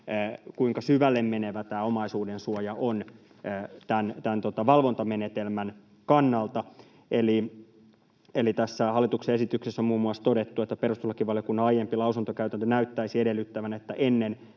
kuinka syvälle menevä omaisuudensuoja on tämän valvontamenetelmän kannalta. Eli tässä hallituksen esityksessä on muun muassa todettu, että perustuslakivaliokunnan aiempi lausuntokäytäntö näyttäisi edellyttävän, että ennen